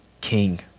king